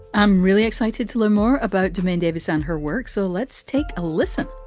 i'm really excited to learn more about dumaine davis and her work, so let's take a listen